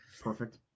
Perfect